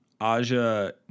aja